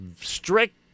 strict